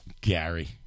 Gary